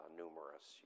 numerous